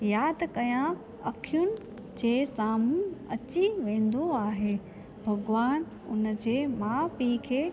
यादि कया अखियुनि जे साम्हूं अची वेंदो आहे भॻवानु हुनजे माउ पीउ खे